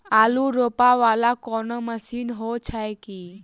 आलु रोपा वला कोनो मशीन हो छैय की?